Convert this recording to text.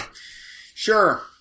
Sure